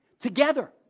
Together